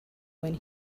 when